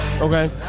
Okay